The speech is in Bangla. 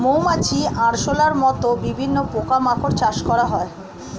মৌমাছি, আরশোলার মত বিভিন্ন পোকা মাকড় চাষ করা হয়